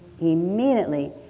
Immediately